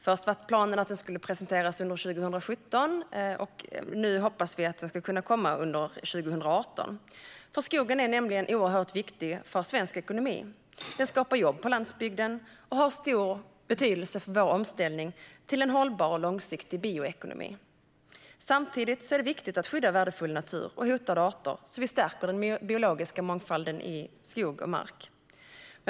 Först var planen att den skulle presenteras under 2017, och nu hoppas vi att den ska kunna komma under 2018. Skogen är nämligen oerhört viktig för svensk ekonomi. Den skapar jobb på landsbygden och har stor betydelse för vår omställning till en hållbar och långsiktig bioekonomi. Samtidigt är det viktigt att skydda värdefull natur och hotade arter så att vi stärker den biologiska mångfalden i skog och mark.